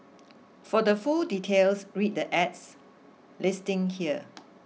for the full details read the ad's listing here